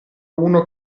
uno